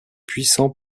puissant